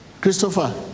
Christopher